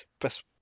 best